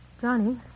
Johnny